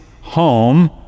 home